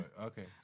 Okay